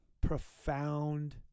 profound